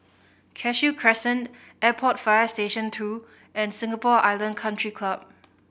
Cashew Crescent Airport Fire Station Two and Singapore Island Country Club